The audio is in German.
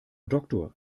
doktor